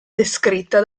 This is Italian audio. descritta